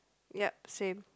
yep same